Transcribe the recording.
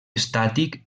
estàtic